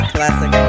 Classic